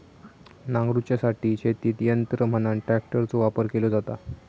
नांगरूच्यासाठी शेतीत यंत्र म्हणान ट्रॅक्टरचो वापर केलो जाता